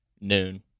noon